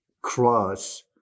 cross